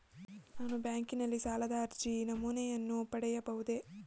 ನಾನು ಬ್ಯಾಂಕಿನಲ್ಲಿ ಸಾಲದ ಅರ್ಜಿ ನಮೂನೆಯನ್ನು ಪಡೆಯಬಹುದೇ?